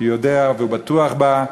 כי הוא יודע ובטוח בה,